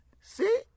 See